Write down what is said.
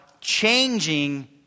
changing